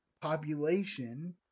population